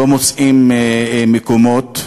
לא מוצאים מקומות,